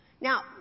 Now